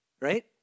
right